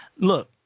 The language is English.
Look